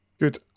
good